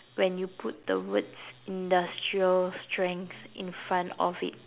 when you put the words industrial strength in front of it